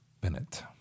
Bennett